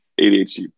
ADHD